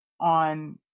on